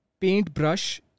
paintbrush